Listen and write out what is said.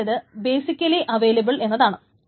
ആദ്യത്തെത് basically available എന്നതാണ്